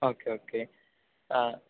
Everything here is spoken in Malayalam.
ഓക്കെ ഓക്കെ ആ